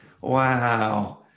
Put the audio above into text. Wow